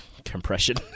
compression